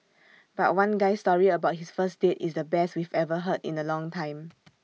but one guy's story about his first date is the best we've heard in A long time